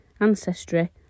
ancestry